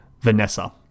Vanessa